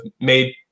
made